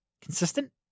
consistent